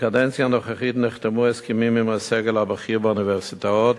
בקדנציה הנוכחית נחתמו הסכמים עם הסגל הבכיר באוניברסיטאות